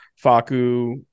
Faku